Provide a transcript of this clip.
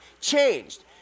changed